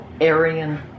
Aryan